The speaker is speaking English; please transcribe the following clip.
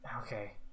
Okay